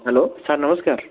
hello sir ନମସ୍କାର